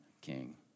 king